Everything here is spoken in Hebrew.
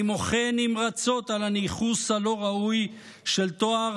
אני מוחה נמרצות על הניכוס הלא-ראוי של תואר